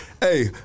Hey